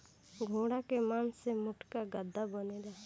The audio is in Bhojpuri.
घोड़ा के मास से मोटका गद्दा बनेला